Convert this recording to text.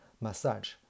massage